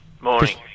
Morning